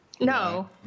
No